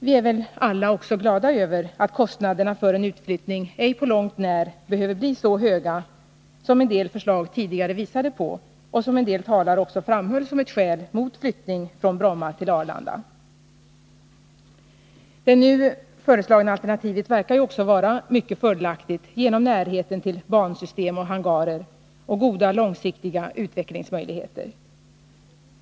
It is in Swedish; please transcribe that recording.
Vi är väl alla också glada över att kostnaderna för en utflyttning ej på långt när behöver bli så höga som en del förslag tidigare visade på och som en del talare också framhöll som ett skäl mot flyttning från Bromma till Arlanda. Det nu föreslagna alternativet verkar ju också vara mycket fördelaktigt på grund av närheten till bansystem och hangarer och goda långsiktiga utvecklingsmöjligheter.